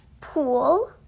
pool